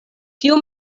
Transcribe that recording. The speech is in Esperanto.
tiu